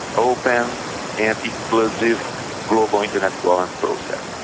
open and inclusive global internet governance process.